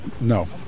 No